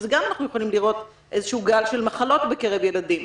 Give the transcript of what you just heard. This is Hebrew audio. שגם אנחנו יכולים לראות איזה שהוא גל של מחלות בקרב ילדים.